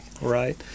right